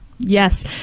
Yes